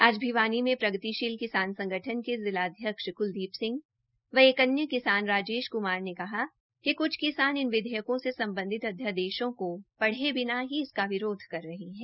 आज भिवानी में प्रगतिशील किसान संगठन के जिलाध्यक्ष क्लदीप सिंह व अन्य किसान राजेश क्मार ने कहा कि क्छ किसान इन विधेयकों से सम्बधित अधयादेशों को पढ़े बिना ही इसका विरोध कर रहे है